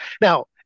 Now